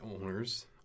owners